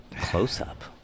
close-up